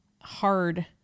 hard